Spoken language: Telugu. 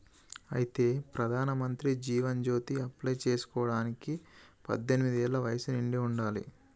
అయితే ప్రధానమంత్రి జీవన్ జ్యోతి అప్లై చేసుకోవడానికి పద్దెనిమిది ఏళ్ల వయసు నిండి ఉండాలి